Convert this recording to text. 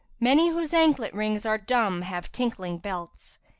many whose anklet rings are dumb have tinkling belts,